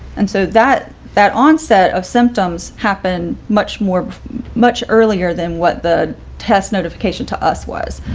and so that that onset of symptoms happen much more much earlier than what the test notification to us was.